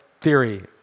theory